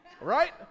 right